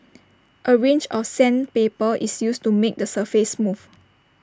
A range of sandpaper is used to make the surface smooth